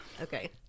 Okay